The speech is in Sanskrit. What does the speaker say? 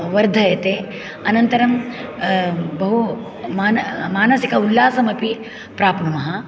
वर्धयते अनन्तरं बहु मान मानसिक उल्लासमपि प्राप्नुमः